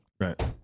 Right